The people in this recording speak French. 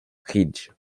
ridge